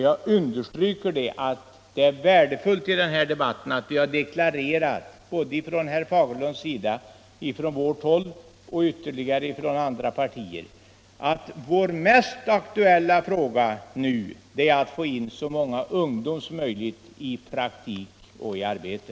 Jag understryker att det är värdefullt att vi i den här debatten — såväl herr Fagerlunds parti och vårt parti som andra partier — har deklarerat att det mest aktuella nu är att få in så många ungdomar som möjligt i praktik och arbete.